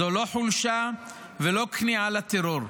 זו לא חולשה ולא כניעה לטרור,